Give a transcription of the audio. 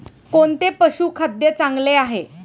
कोणते पशुखाद्य चांगले आहे?